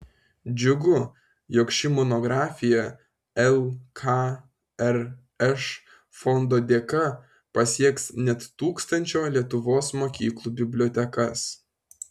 džiugu jog ši monografija lkrš fondo dėka pasieks net tūkstančio lietuvos mokyklų bibliotekas